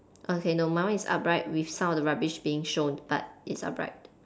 okay no my one is upright with some of the rubbish being shown but it's upright